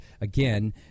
again